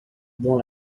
dont